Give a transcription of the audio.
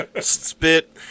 Spit